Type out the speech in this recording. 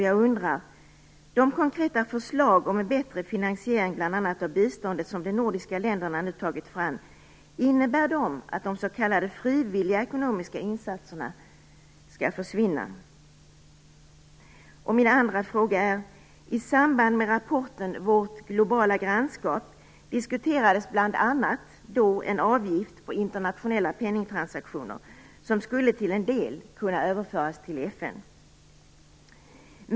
Jag undrar: Innebär de konkreta förslag om en bättre finansiering av bl.a. biståndet som de nordiska länder nu har tagit fram att de s.k. frivilliga ekonomiska insatserna skall försvinna? Min andra fråga berör rapporten Vårt globala grannskap. I den diskuterades bl.a. en avgift på internationella penningtransaktioner som till en del skulle kunna överföras till FN.